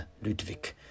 Ludwig